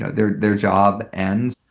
ah their their job ends.